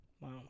Wow